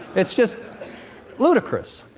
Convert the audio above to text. it's just ludicrous.